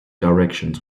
directions